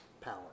power